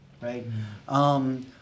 right